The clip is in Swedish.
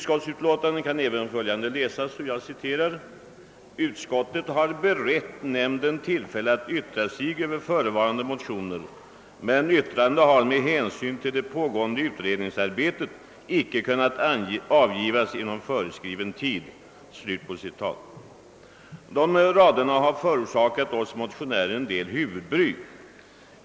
I utlåtandet kan även följande läsas: »Utskottet har berett nämnden tillfälle att yttra sig över förevarande motioner, men yttrande har med hänsyn till det pågående utredningsarbetet icke kunnat avgivas inom föreskriven tid.» Dessa rader har förorsakat oss motionärer en del huvudbry.